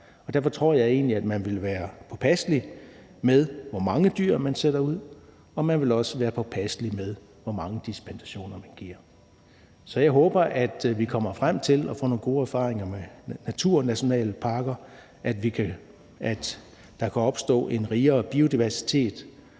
derfor tror jeg egentlig, at man vil være påpasselig med, hvor mange dyr man sætter ud, og man vil også være påpasselig med, hvor mange dispensationer man giver. Så jeg håber, at vi kommer frem til at få nogle gode erfaringer med naturnationalparker – at der kan opstå en rigere biodiversitet.